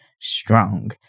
strong